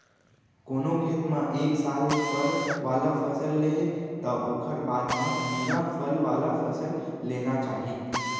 कोनो खेत म एक साल फर वाला फसल ले हे त ओखर बाद म बिना फल वाला फसल लेना चाही